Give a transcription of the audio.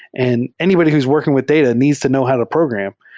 and anybody who's working with data needs to know how to program,